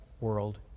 world